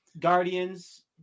Guardians